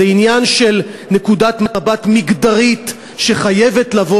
זה עניין של נקודת מבט מגדרית שחייבת לבוא